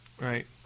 Right